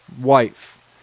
wife